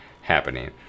happening